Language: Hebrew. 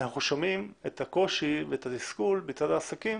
אנחנו שומעים את הקושי ואת התסכול מצד העסקים